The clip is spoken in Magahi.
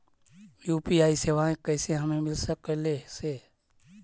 यु.पी.आई सेवाएं कैसे हमें मिल सकले से?